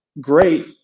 great